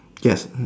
yes mm